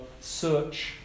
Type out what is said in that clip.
search